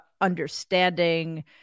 understanding